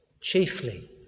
chiefly